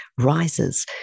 rises